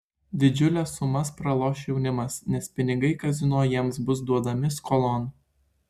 didžiules sumas praloš jaunimas nes pinigai kazino jiems bus duodami skolon